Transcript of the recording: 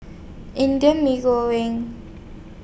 Indian Mee Goreng